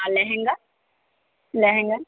আর lehenga lehenga